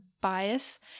bias